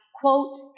quote